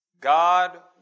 God